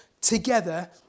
together